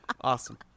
Awesome